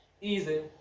Easy